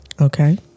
Okay